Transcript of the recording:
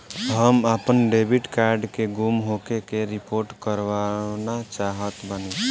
हम आपन debit card के गुम होखे के रिपोर्ट करवाना चाहत बानी